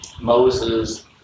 Moses